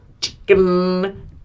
chicken